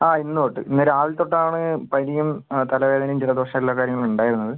ആ ഇന്ന് തൊട്ട് ഇന്ന് രാവിലെ തൊട്ടാണ് പനിയും തലവേദനയും ജലദോഷം എല്ലാ കാര്യങ്ങളും ഉണ്ടായിരുന്നത്